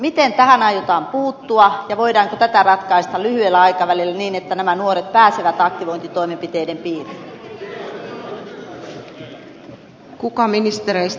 miten tähän aiotaan puuttua ja voidaanko tätä ratkaista lyhyellä aikavälillä niin että nämä nuoret pääsevät aktivointitoimenpiteiden piiriin